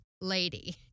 lady